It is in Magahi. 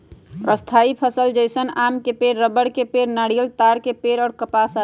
स्थायी फसल जैसन आम के पेड़, रबड़ के पेड़, नारियल, ताड़ के पेड़ और कपास आदि